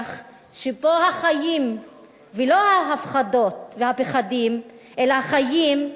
שיח שבו החיים ולא ההפחדות והפחדים, אלא החיים,